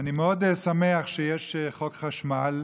אני מאוד שמח שיש חוק חשמל,